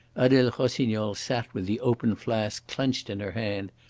adele rossignol sat with the open flask clenched in her hand,